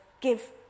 give